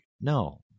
no